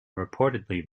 reportedly